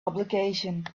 obligation